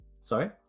Sorry